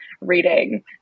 reading